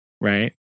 right